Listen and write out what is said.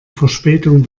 verspätung